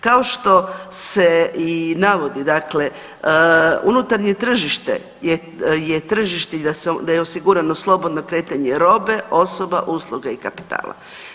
Kao što se i navodi dakle, unutarnje tržište je tržište i da je osigurano slobodno kretanje robe, osoba, usluga i kapitala.